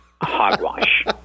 hogwash